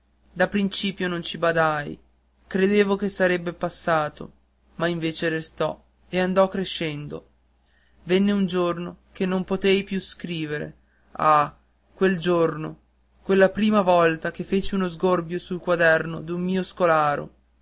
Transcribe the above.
da principio non ci badai credevo che sarebbe passato ma invece restò e andò crescendo venne un giorno che non potei più scrivere ah quel giorno quella prima volta che feci uno sgorbio sul quaderno d'un mio scolaro